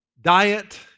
diet